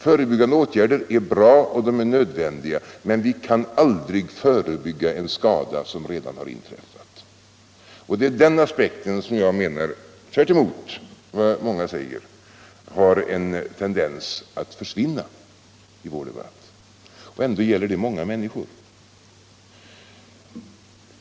Förebyggande åtgärder är bra och nödvändiga, men vi kan aldrig förebygga en skada som redan har inträffat. Det är den aspekten som jag menar —- tvärt emot vad många säger — har en tendens att försvinna i vår debatt. Ändå gäller det många människor.